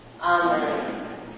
Amen